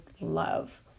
love